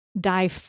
die